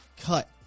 cut